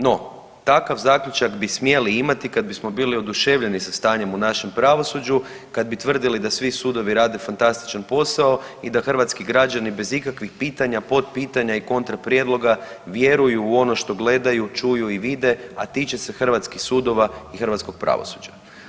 No, takav zaključak bi smjeli imati kad bismo bili oduševljeni sa stanjem u našem pravosuđu, kad bi tvrdili da svi sudovi rade fantastičan posao i da hrvatski građani bez ikakvih pitanja, potpitanja i kontra prijedloga vjeruju u ono što gledaju, čuju i vide a tiče se hrvatskih sudova i hrvatskog pravosuđa.